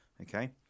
Okay